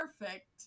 perfect